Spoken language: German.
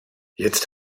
jetzt